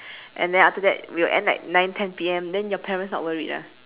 and then after that we'll end like nine ten P_M then your parents not worried ah